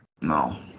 No